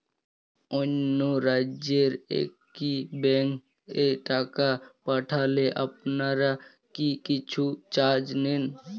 অন্য রাজ্যের একি ব্যাংক এ টাকা পাঠালে আপনারা কী কিছু চার্জ নেন?